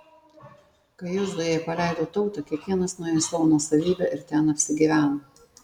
kai jozuė paleido tautą kiekvienas nuėjo į savo nuosavybę ir ten apsigyveno